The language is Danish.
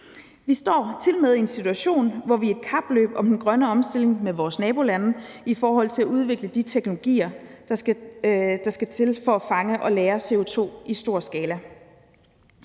Vi står tilmed i en situation, hvor vi er i et kapløb om den grønne omstilling med vores nabolande i forhold til at udvikle de teknologier, der skal til for at fange og lagre CO2 i stor skala.